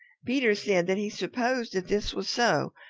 peter said that he supposed that this was so,